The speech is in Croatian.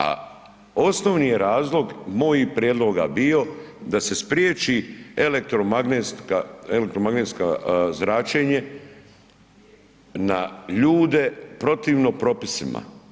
A osnovni je razlog mojih prijedloga bio da se spriječi elektromagnetska zračenje na ljude protivno propisima.